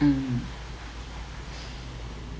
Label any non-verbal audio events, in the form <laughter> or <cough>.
mm <breath>